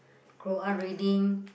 go out reading